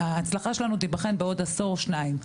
ההצלחה שלנו תיבחן בעוד עשור או שניים,